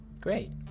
Great